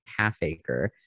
Halfacre